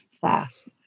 fast